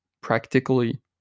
practically